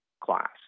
class